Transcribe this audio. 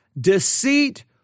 deceit